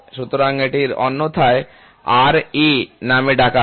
সুতরাং এটিকে অন্যথায় Ra নামে ডাকা হয়